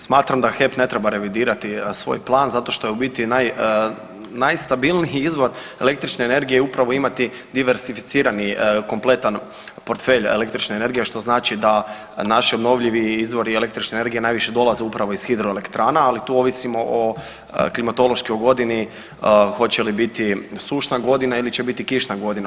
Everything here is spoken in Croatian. Smatram da HEP ne treba revidirati svoj plan zato što je u biti najstabilniji izvor električne energije je upravo imati diversificirani kompletan portfelj električne energije što znači naši obnovljivi izvori električne energije najviše dolaze upravo iz hidroelektrana, ali tu ovisimo o klimatološki o godini hoće li biti sušna godina ili će biti kišna godina.